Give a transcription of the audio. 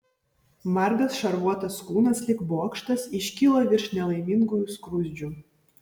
margas šarvuotas kūnas lyg bokštas iškilo virš nelaimingųjų skruzdžių